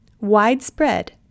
Widespread